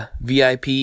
VIP